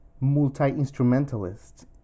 multi-instrumentalist